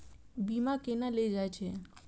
बीमा केना ले जाए छे?